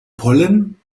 pollen